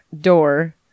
door